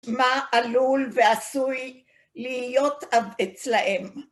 מה עלול ועשוי להיות אצלהם?